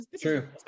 True